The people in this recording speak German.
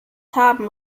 haben